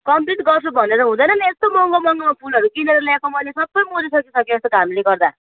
complete गर्छु भनेर हुँदैन नि यस्तो महँगो महँगो फुलहरू किनेर ल्याएको मैले सबै मरिसकिसक्यो यस्तो घामले गर्दा